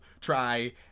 try